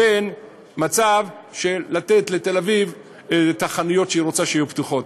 או מצב של לתת לתל-אביב לפתוח את החנויות שהיא רוצה שיהיו פתוחות.